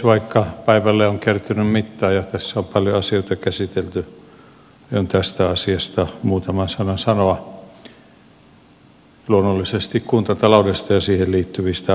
vaikka päivälle on kertynyt mittaa ja tässä on paljon asioita käsitelty aion tästä asiasta muutaman sanan sanoa luonnollisesti kuntataloudesta ja siihen liittyvistä asioista